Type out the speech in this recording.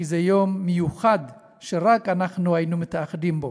כי זה יום מיוחד שרק אנחנו היינו מתאחדים בו.